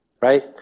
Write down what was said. right